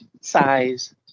size